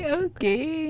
okay